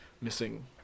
missing